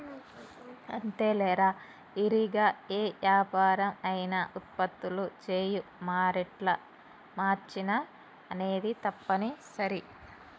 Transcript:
అంతేలేరా ఇరిగా ఏ యాపరం అయినా ఉత్పత్తులు చేయు మారేట్ల మార్చిన అనేది తప్పనిసరి